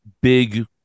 big